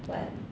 but